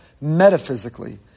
metaphysically